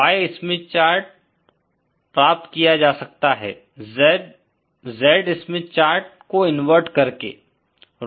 Y Smith chart प्राप्त किया जा सकता है Z स्मिथ चार्ट को इन्वर्ट करके